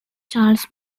charles